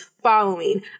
following